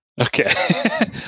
Okay